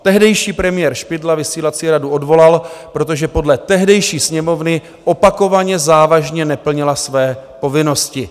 Tehdejší premiér Špidla vysílací radu odvolal, protože podle tehdejší Sněmovny opakovaně závažně neplnila své povinnosti.